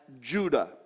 Judah